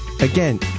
Again